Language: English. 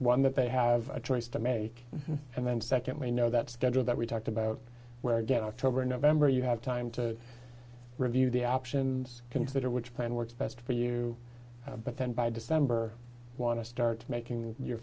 one that they have a choice to make and then secondly know that schedule that we talked about where you get a job or november you have time to review the options consider which plan works best for you but then by december want to start making your